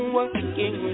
working